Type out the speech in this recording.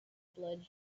blood